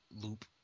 loop